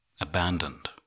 abandoned